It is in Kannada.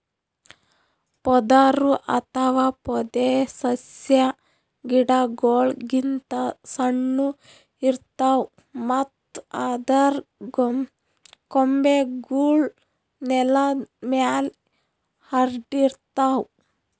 ಪೊದರು ಅಥವಾ ಪೊದೆಸಸ್ಯಾ ಗಿಡಗೋಳ್ ಗಿಂತ್ ಸಣ್ಣು ಇರ್ತವ್ ಮತ್ತ್ ಅದರ್ ಕೊಂಬೆಗೂಳ್ ನೆಲದ್ ಮ್ಯಾಲ್ ಹರ್ಡಿರ್ತವ್